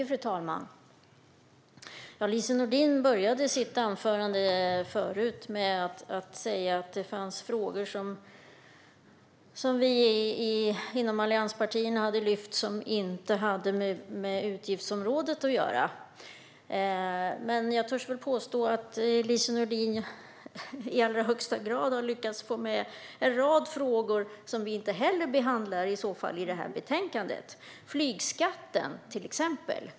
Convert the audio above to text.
Fru talman! Lise Nordin började sitt anförande med att säga att det fanns frågor som vi inom allianspartierna hade lyft upp som inte hade med utgiftsområdet att göra. Men jag törs påstå att Lise Nordin i allra högsta grad har lyckats få med en rad frågor som vi inte heller behandlar i betänkandet, till exempel flygskatten.